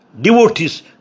devotees